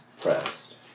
pressed